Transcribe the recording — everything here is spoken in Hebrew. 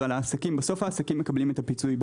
על העסקים בסוף העסקים מקבלים את הפיצוי,